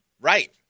Right